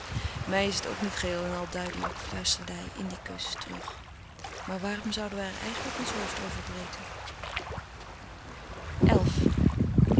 mij is het ook niet geheel en al duidelijk fluisterde hij in dien kus terug maar waarom zouden wij er eigenlijk ons hoofd over breken xi